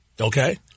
okay